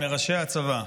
מראשי הצבא.